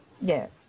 yes